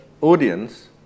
audience